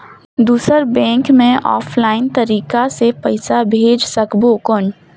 दुसर बैंक मे ऑफलाइन तरीका से पइसा भेज सकबो कौन?